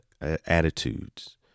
attitudes